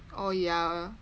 oh ya